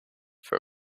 for